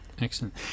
Excellent